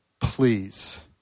Please